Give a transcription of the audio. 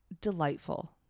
delightful